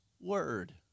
word